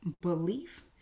belief